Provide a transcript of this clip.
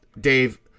Dave